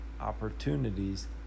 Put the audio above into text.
opportunities